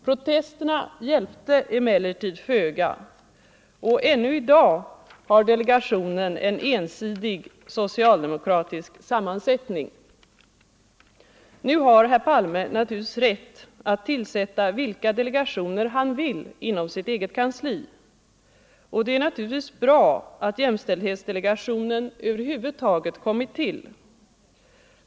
Protesterna hjälpte emellertid föga och ännu i dag har delegationen en ensidig socialdemokratisk sammansättning. Nu har herr Palme naturligtvis rätt att tillsätta vilka delegationer han vill inom sitt eget kansli. Och det är naturligtvis bra att jämställdhetsdelegationen över huvud taget kommit till.